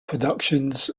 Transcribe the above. productions